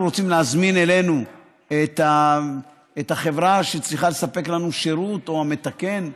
רוצים להזמין אלינו את החברה שצריכה לספק לנו שירות או מתקן,